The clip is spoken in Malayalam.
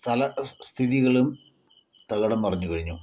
സ്ഥല സ്ഥിതികളും തകിടം മറിഞ്ഞു കഴിഞ്ഞു